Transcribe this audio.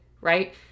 right